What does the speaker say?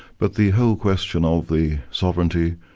but the whole question of the sovereignty,